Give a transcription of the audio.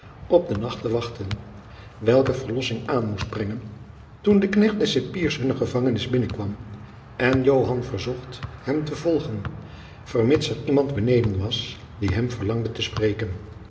op de nacht te wachten welke verlossing aan moest brengen toen de knecht des cipiers hunne gevangenis binnenkwam en joan verzocht hem te volgen vermits er iemand beneden was die hem verlangde te spreken